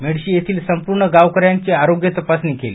मेडशी येथील संपूर्ण गावकऱ्यांची आरोग्य तपासणी केली